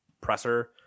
presser